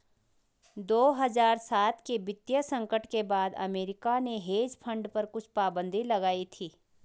दो हज़ार सात के वित्तीय संकट के बाद अमेरिका ने हेज फंड पर कुछ पाबन्दी लगाई थी